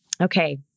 Okay